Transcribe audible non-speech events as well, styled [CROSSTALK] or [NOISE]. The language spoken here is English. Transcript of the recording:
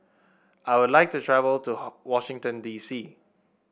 I would like to travel to [HESITATION] Washington D C